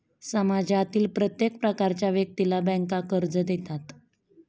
समाजातील प्रत्येक प्रकारच्या व्यक्तीला बँका कर्ज देतात